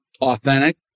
authentic